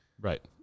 right